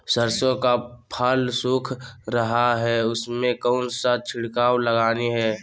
सरसो का फल सुख रहा है उसमें कौन सा छिड़काव लगानी है?